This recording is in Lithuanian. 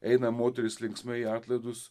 eina moterys linksmai į atlaidus